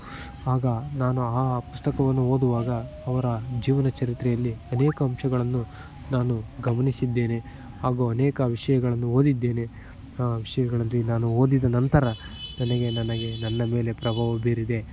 ಆಗ ನಾನು ಆ ಪುಸ್ತಕವನ್ನು ಓದುವಾಗ ಅವರ ಜೀವನ ಚರಿತ್ರೆಯಲ್ಲಿ ಅನೇಕ ಅಂಶಗಳನ್ನು ನಾನು ಗಮನಿಸಿದ್ದೇನೆ ಹಾಗೂ ಅನೇಕ ವಿಷಯಗಳನ್ನು ಓದಿದ್ದೇನೆ ಆ ವಿಷಯಗಳಲ್ಲಿ ನಾನು ಓದಿದ ನಂತರ ನನಗೆ ನನಗೆ ನನ್ನ ಮೇಲೆ ಪ್ರಭಾವ ಬೀರಿದೆ